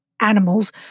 animals